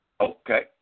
Okay